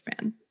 fan